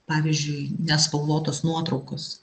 pavyzdžiui nespalvotos nuotraukos